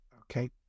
Okay